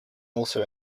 also